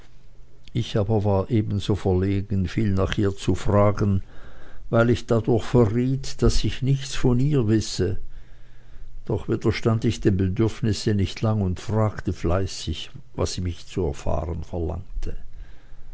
ich aber war ebenso verlegen viel nach ihr zu fragen weil ich dadurch verriet daß ich nichts von ihr wisse doch widerstand ich dem bedürfnisse nicht lang und fragte fleißig was mich zu erfahren verlangte